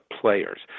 players